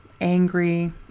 angry